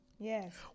Yes